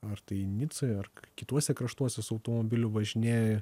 ar tai nicoj ar kituose kraštuose su automobiliu važinėja